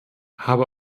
habe